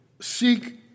seek